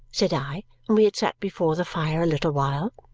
said i when we had sat before the fire a little while.